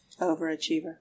Overachiever